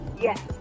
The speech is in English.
Yes